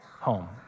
home